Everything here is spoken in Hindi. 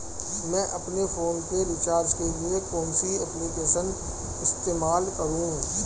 मैं अपने फोन के रिचार्ज के लिए कौन सी एप्लिकेशन इस्तेमाल करूँ?